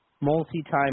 multi-time